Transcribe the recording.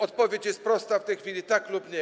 Odpowiedź jest prosta w tej chwili: tak lub nie.